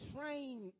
trained